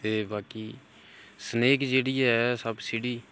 ते बाकी सनैक जेह्ड़ी ऐ सप्प सीढ़ी